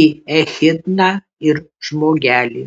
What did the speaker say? į echidną ir žmogelį